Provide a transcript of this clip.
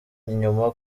inyuma